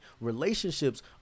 relationships